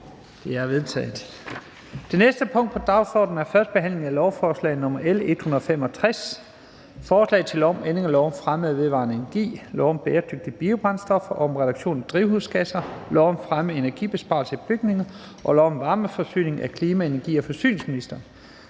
Det er vedtaget. --- Det næste punkt på dagsordenen er: 19) 1. behandling af lovforslag nr. L 165: Forslag til lov om ændring af lov om fremme af vedvarende energi, lov om bæredygtige biobrændstoffer og om reduktion af drivhusgasser, lov om fremme af energibesparelser i bygninger og lov om varmeforsyning. (Bemyndigelse til at supplere